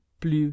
plus